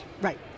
Right